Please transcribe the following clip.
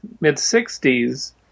mid-60s